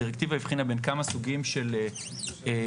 הדירקטיבה הבחינה בין כמה סוגים של לולים,